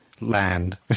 land